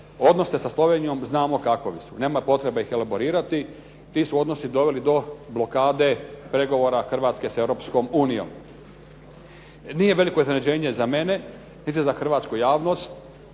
odnose sa Slovenijom znamo kakvi su. Nema potrebe ih elaborirati. Ti su odnosi doveli do blokade pregovora Hrvatske sa Europskom unijom. Nije veliko iznenađenje za mene niti za hrvatsku javnost.